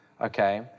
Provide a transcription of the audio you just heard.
okay